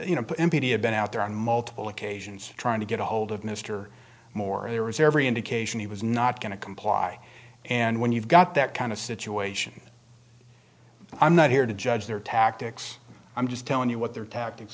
had been out there on multiple occasions trying to get a hold of mr moore and there was every indication he was not going to comply and when you've got that kind of situation i'm not here to judge their tactics i'm just telling you what their tactics